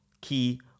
key